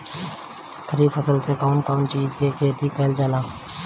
खरीफ फसल मे कउन कउन चीज के खेती कईल जाला?